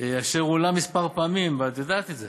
אשר הועלה כמה פעמים, ואת יודעת את זה,